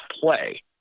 play